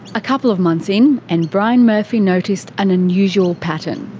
a couple of months in, and brian murphy noticed an unusual pattern.